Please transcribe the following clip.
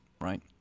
right